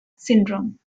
syndrome